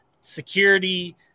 security